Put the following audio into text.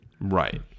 Right